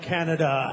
Canada